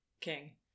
king